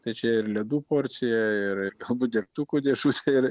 tai čia ir ledų porcija ir galbūt dektukų dėžutė ir